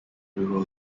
rural